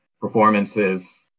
performances